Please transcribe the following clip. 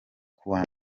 kuwa